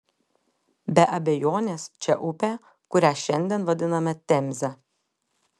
be abejonės čia upė kurią šiandien vadiname temze